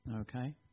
Okay